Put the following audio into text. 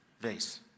vase